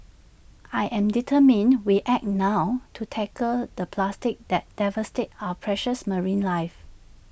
I am determined we act now to tackle the plastic that devastates our precious marine life